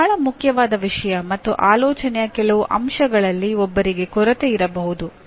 ಇದು ಬಹಳ ಮುಖ್ಯವಾದ ವಿಷಯ ಮತ್ತು ಆಲೋಚನೆಯ ಕೆಲವು ಅಂಶಗಳಲ್ಲಿ ಒಬ್ಬರಿಗೆ ಕೊರತೆ ಇರಬಹುದು